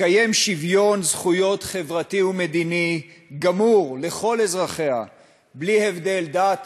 תקיים שוויון זכויות חברתי ומדיני גמור לכל אזרחיה בלי הבדל דת,